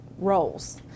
roles